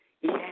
Yes